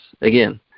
again